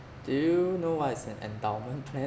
do you know what is an endowment plan